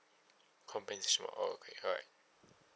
compensation oh okay alright